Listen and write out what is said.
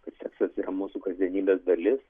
kad seksas yra mūsų kasdienybės dalis